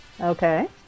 Okay